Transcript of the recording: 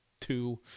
two